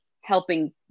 helping